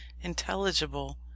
intelligible